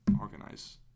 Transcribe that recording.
organize